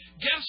Guess